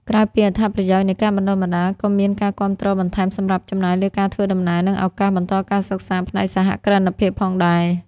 ក្រៅពីអត្ថប្រយោជន៍នៃការបណ្តុះបណ្តាល ក៏មានការគាំទ្របន្ថែមសម្រាប់ចំណាយលើការធ្វើដំណើរនិងឱកាសបន្តការសិក្សាផ្នែកសហគ្រិនភាពផងដែរ។